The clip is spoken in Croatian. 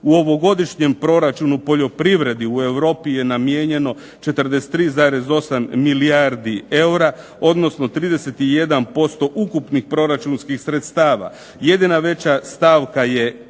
u ovogodišnjem proračunu poljoprivredi u Europi je namijenjeno 43,8 milijardi eura, odnosno 31% ukupnih proračunskih sredstava. Jedina veća stavka je